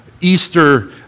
Easter